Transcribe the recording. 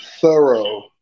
thorough